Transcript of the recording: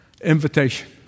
invitation